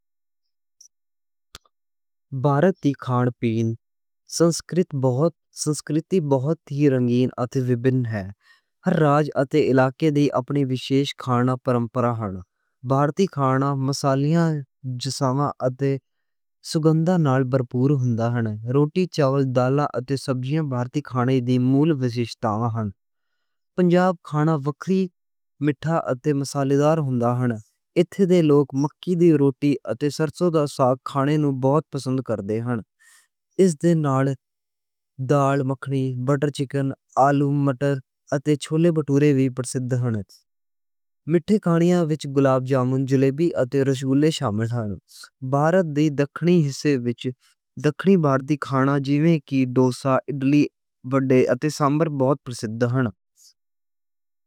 بھارتیہ کھان-پین سنسکرتی بہت ہی رنگین اتے وکھری ہے۔ ہر راج اتے علاقے دے اپنی خاص کھانے دیاں پرمپرائیں ہن۔ بھارتی کھانا مصالیاں جاں سُگندھ نال بھرپور ہوندا ہے۔ روٹی، چاول، دالاں اتے سبزیاں بھارتی کھانے دی مکھ خاصیتاں ہن۔ پنجابی کھانا وکھرا، میٹھا اتے مصالحے دار ہوندا ہے۔ ایتھے دے لوک مکّی دی روٹی اتے سرسوں دا ساگ کھانے نوں بہت پسند کر دے ہن۔ اس دے نال دال، مکھنی، بٹر چکن، آلو، مٹر اتے چھولے بھٹورے وی پسند ہن۔ میٹھے کھانیاں وچ گلاب جامن، جلیبی اتے رسگلے شامل ہن۔ بھارت دے جنوبی حصے وچ جنوبی بھارتیہ کھانا جیویں کہ ڈوسا، اڈلی، وڈے اتے سامبر بہت مشہور ہن۔